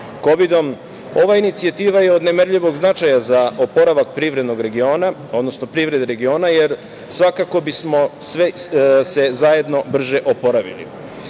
Kovidom, ova inicijativa je od nemerljivog značaja za oporavak privrednog regiona, odnosno privrede regiona, jer svakako bismo se zajedno brže oporavili. Srbija